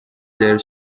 their